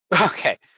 Okay